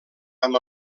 amb